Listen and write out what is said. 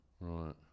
Right